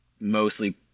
mostly